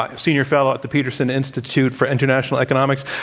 ah senior fellow at the peterson institute for international economics.